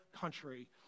country